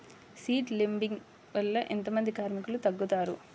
Seed లేంబింగ్ వల్ల ఎంత మంది కార్మికులు తగ్గుతారు?